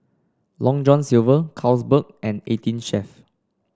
Long John Silver Carlsberg and Eighteen Chef